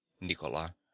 Nicola